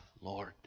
Lord